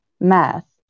math